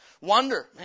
wonder